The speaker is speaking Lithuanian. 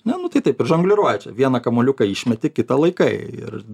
ne nu tai taip ir žongliruoji čia vieną kamuoliuką išmeti kitą laikai ir